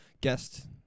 guest